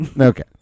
Okay